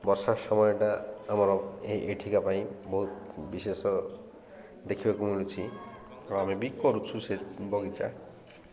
ବର୍ଷା ସମୟଟା ଆମର ଏ ଏଇଠିକା ପାଇଁ ବହୁତ ବିଶେଷ ଦେଖିବାକୁ ମିଳୁଛି ଆମେ ବି କରୁଛୁ ସେ ବଗିଚା